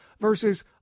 versus